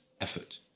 effort